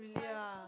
really ah